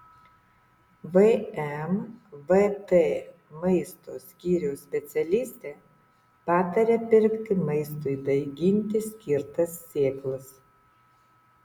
vmvt maisto skyriaus specialistė pataria pirkti maistui daiginti skirtas sėklas